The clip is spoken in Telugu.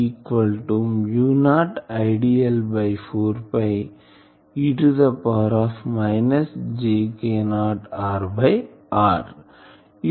equal to mu not Idl by 4 e power minus jKor by r